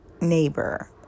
neighbor